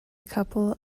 couple